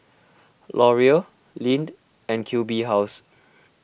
Laurier Lindt and Q B House